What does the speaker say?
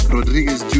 Rodriguez